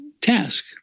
task